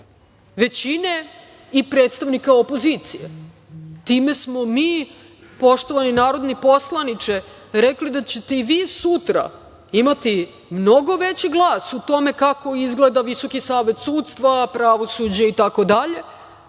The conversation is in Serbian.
većine i predstavnika opozicije. Time smo mi, poštovani narodni poslaniče, rekli da ćete i vi sutra imati mnogo veći glas u tome kako izgleda Visoki savet sudstva, pravosuđe, itd,